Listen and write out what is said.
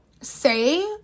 say